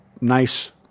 nice